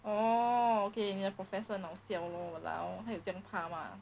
orh okay 你的 professor 很好笑 loh !walao! 他有这样怕吗